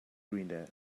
glinda